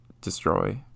destroy